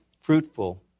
fruitful